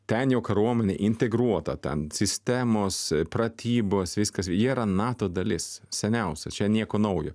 ten jau kariuomenė integruota ten sistemos pratybos viskas jie yra nato dalis seniausiai čia nieko naujo